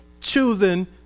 choosing